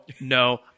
no